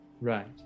Right